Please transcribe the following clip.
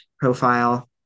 profile